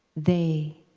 they